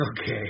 Okay